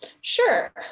Sure